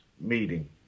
meeting